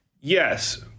Yes